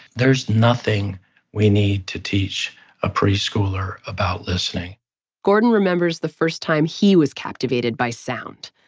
there's nothing we need to teach a preschooler about listening gordon remembers the first time he was captivated by sound.